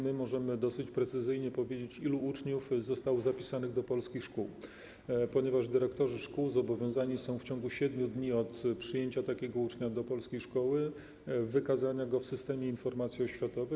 My możemy dosyć precyzyjnie powiedzieć, ilu uczniów zostało zapisanych do polskich szkół, ponieważ dyrektorzy szkół zobowiązani są w ciągu 7 dni od przyjęcia takiego ucznia do polskiej szkoły do wykazania go w Systemie Informacji Oświatowej.